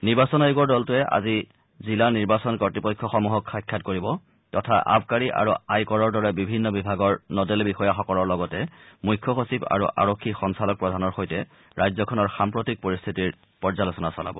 নিৰ্বাচন আয়োগৰ দলটোৱে আজি জিলা নিৰ্বাচন কৰ্তৃপক্ষসমূহক সাক্ষাৎ কৰিব তথা আবকাৰী আৰু আয়কৰৰ দৰে বিভিন্ন বিভাগৰ নডেল বিষয়াসকলৰ লগতে মুখ্য সচিব আৰু আৰক্ষী সঞ্চালক প্ৰধানৰ সৈতে ৰাজ্যখনৰ সাম্প্ৰতিক পৰিস্থিতিৰ পৰ্যালোচনা চলাব